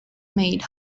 made